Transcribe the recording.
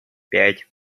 пять